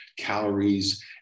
calories